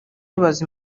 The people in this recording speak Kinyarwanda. yibaza